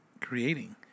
creating